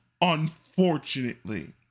unfortunately